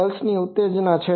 તે પલ્સ ઉત્તેજના છે